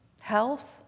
health